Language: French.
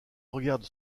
regarde